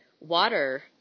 water